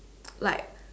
like